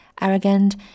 arrogant